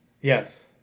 Yes